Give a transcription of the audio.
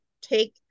take